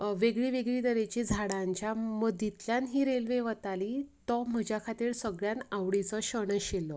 वेगळी वेगळी झाडांच्यान मदींतल्यान ही रेल्वे वताली तो म्हज्या खातीर सगळ्यान आवडीचो क्षण आशिल्लो